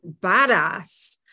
badass